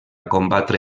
combatre